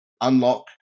unlock